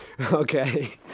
Okay